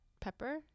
pepper